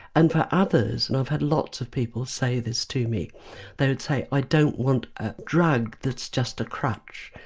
and for others and i've had lots of people say this to me they would say i don't want ah drug that's just a crutch,